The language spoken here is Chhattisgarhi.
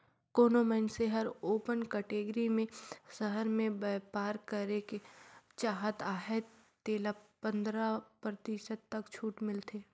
कोनो मइनसे हर ओपन कटेगरी में सहर में बयपार करेक चाहत अहे तेला पंदरा परतिसत तक छूट मिलथे